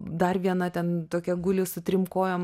dar viena ten tokia guli su trim kojom